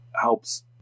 helps